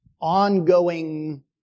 ongoing